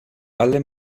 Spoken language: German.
alle